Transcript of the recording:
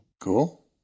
Cool